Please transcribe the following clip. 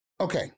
Okay